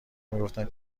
میگفتن